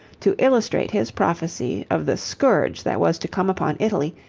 to illustrate his prophecy of the scourge that was to come upon italy,